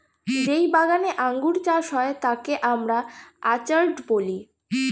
যেই বাগানে আঙ্গুর চাষ হয় তাকে আমরা অর্চার্ড বলি